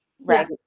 Right